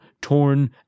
torn